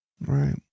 Right